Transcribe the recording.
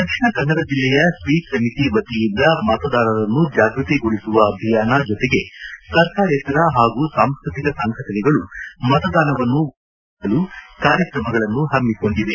ದಕ್ಷಿಣ ಕನ್ನಡ ಜಲ್ಲೆಯ ಸ್ವೀಪ್ ಸಮಿತಿ ವತಿಯಿಂದ ಮತದಾರರನ್ನು ಜಾಗೃತಿಗೊಳಿಸುವ ಅಭಿಯಾನ ಜೊತೆಗೆ ಸರ್ಕಾರೇತರ ಹಾಗೂ ಸಾಂಸ್ಟೃತಿಕ ಸಂಘಟನೆಗಳು ಮತದಾನವನ್ನು ಉತ್ಸವ ಮಾದರಿಯಲ್ಲಿ ನಡೆಸಲು ಕಾರ್ಯಕ್ರಮಗಳನ್ನು ಹಮ್ಮಿಕೊಂಡಿವೆ